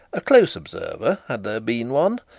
a close observer, had there been one